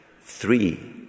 three